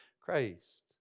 Christ